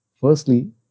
Firstly